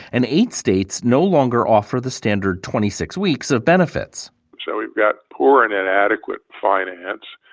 and eight states no longer offer the standard twenty six weeks of benefits so we've got poor and inadequate finance,